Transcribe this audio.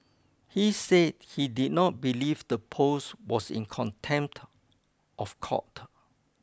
he said he did not believe the post was in contempt of court